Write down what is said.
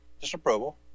disapproval